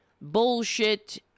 bullshit